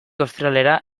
ostiralera